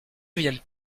viennent